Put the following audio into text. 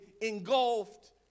engulfed